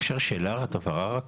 אפשר שאלה רק, הבהרה רק?